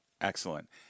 Excellent